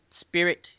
spirit